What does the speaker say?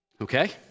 okay